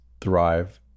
thrive